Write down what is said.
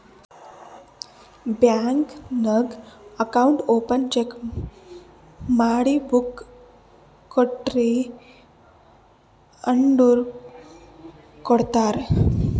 bank ನಾಗ್ account open check ಮಾಡಿ book ಕೊಡ್ರಿ ಅಂದುರ್ ಕೊಡ್ತಾರ್